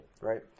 right